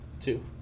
Two